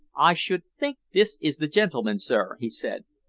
i should think this is the gentleman, sir, he said.